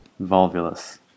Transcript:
volvulus